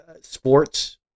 sports